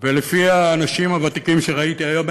ולפי האנשים הוותיקים שראיתי היום,